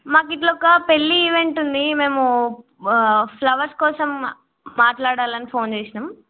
మాకు ఇట్ల ఒక పెళ్ళి ఈవెంట్ ఉంది మేము ఫ్లవర్స్ కోసం మాట్లాడాలని ఫోన్ చేశాము